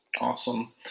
Awesome